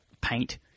paint